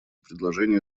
предложения